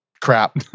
crap